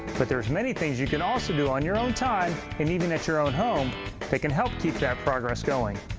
but there's many things you can also do on your own time and even at your own home that can help keep that progress going.